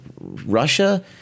Russia